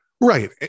right